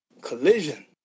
Collision